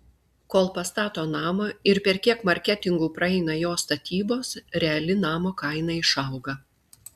kol pastato namą ir per kiek marketingų praeina jo statybos reali namo kaina išauga